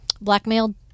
blackmailed